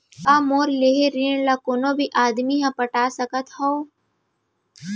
का मोर लेहे ऋण ला कोनो भी आदमी ह पटा सकथव हे?